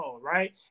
right